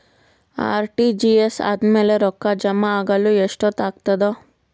RTGS ಆದ್ಮೇಲೆ ರೊಕ್ಕ ಜಮಾ ಆಗಲು ಎಷ್ಟೊತ್ ಆಗತದ?